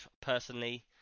personally